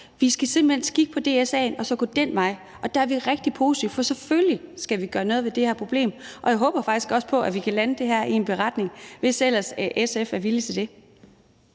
Vi skal simpelt hen have skik på DSA'en og så gå den vej, og der er vi rigtig positive, for selvfølgelig skal vi gøre noget ved det her problem. Og jeg håber faktisk også, at vi kan lande det her i en beretning, hvis ellers SF er villig til det.